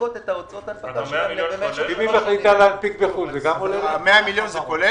לנכות את ההוצאות- -- 100 מיליון זה כולל?